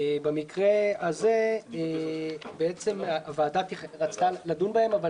במקרה הזה בעצם הוועדה רצתה לדון בהם אבל